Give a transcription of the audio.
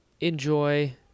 enjoy